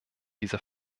dieser